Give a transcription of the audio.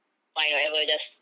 fine whatever just